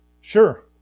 Sure